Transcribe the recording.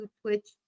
Twitch